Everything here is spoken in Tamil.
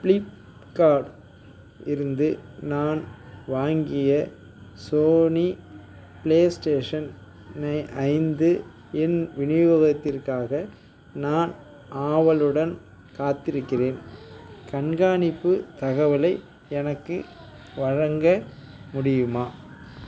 ப்ளிப்கார்ட் இருந்து நான் வாங்கிய சோனி ப்ளேஸ்டேஷன் ஐந்து இன் விநியோகத்திற்காக நான் ஆவலுடன் காத்திருக்கிறேன் கண்காணிப்பு தகவலை எனக்கு வழங்க முடியுமா